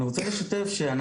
אני גם רוצה לשתף שאנחנו.